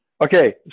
Okay